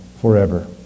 forever